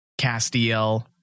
Castiel